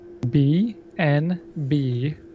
BNB